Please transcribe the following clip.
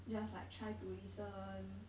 just like try to listen